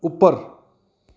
ਉੱਪਰ